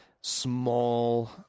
small